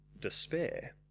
despair